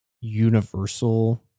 universal